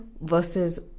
Versus